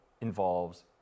involves